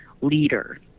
leader